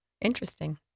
Interesting